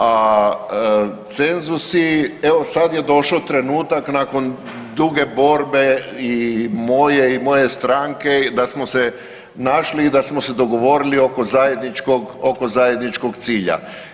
A cenzusi evo sada je došao trenutak nakon duge borbe i moje i moje stranke da smo se našli i da smo se dogovorili oko zajedničkog cilja.